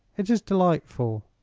it is delightful,